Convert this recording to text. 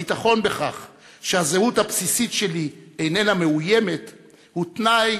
הביטחון בכך שהזהות הבסיסית שלי איננה מאוימת הוא תנאי